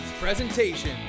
presentation